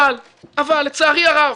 אבל, לצערי הרב